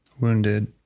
wounded